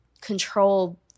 control